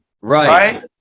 right